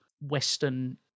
western